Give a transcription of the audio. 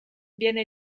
viene